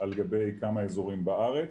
על גבי כמה אזורים בארץ.